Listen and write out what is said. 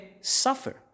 suffer